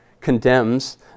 condemns